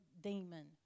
demon